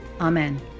Amen